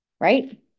right